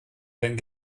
sein